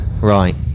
Right